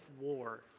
war